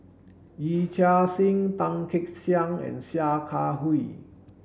Yee Chia Hsing Tan Kek Hiang and Sia Kah Hui